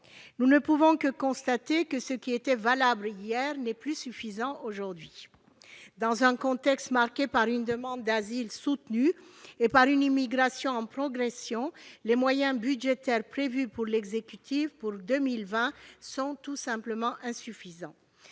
l'an passé. Cela étant, ce qui était valable hier n'est plus suffisant aujourd'hui. Dans un contexte marqué par une demande d'asile soutenue et par une immigration en progression, les moyens budgétaires prévus par l'exécutif pour 2020 sont tout simplement insuffisants.